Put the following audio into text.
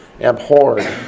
abhorred